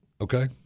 okay